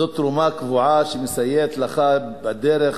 זו תרומה קבועה, שמסייעת לך בדרך